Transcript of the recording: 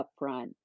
upfront